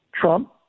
Trump